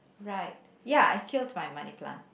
right ya I killed my money plant